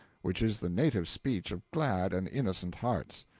which is the native speech of glad and innocent hearts.